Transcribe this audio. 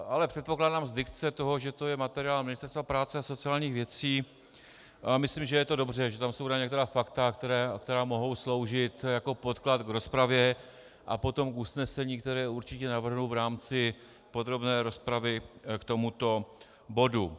Ale předpokládám z dikce toho, že to je materiál Ministerstva práce a sociálních věcí, myslím, že je to dobře, že tam jsou uvedena některá fakta, která mohou sloužit jako podklad k rozpravě a potom k usnesení, které určitě navrhnu v rámci podrobné rozpravy k tomuto bodu.